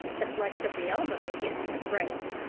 the flex of the elbow against her throat.